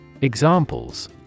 Examples